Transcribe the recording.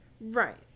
right